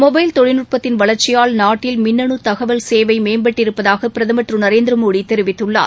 mobile தொழில்நுட்பத்தின் வளர்ச்சியால் நாட்டில் மின்னனு தகவல் சேவை மேம்பட்டிருப்பதாக பிரதமர் திரு நரேந்திர மோடி தெரிவித்துள்ளார்